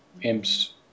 imps